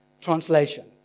translation